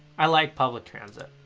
i like public transit